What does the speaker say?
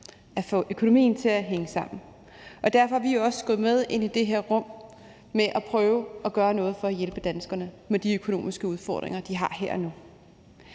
at få økonomien til at hænge sammen. Derfor er vi også gået med ind i det her rum for at prøve at gøre noget for at hjælpe danskerne med de økonomiske udfordringer, de har her og nu.